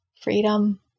freedom